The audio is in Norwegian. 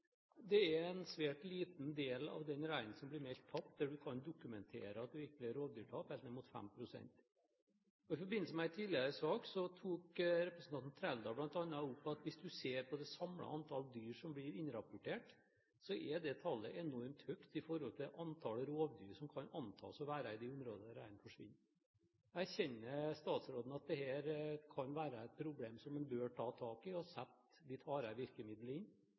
Det er en svært liten del av den reinen som blir meldt tapt, der en kan dokumentere at det virkelig er rovdyrtap, helt ned mot 5 pst. I forbindelse med en tidligere sak tok representanten Trældal bl.a. opp at hvis du ser på det samlede antall dyr som blir innrapportert, er det tallet enormt høyt i forhold til antallet rovdyr som kan antas å være i de områder der reinen forsvinner. Erkjenner statsråden at dette kan være et problem som en bør ta tak i, og bør en sette litt hardere virkemidler inn